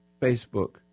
Facebook